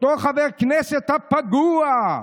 אותו חבר הכנסת פגוע: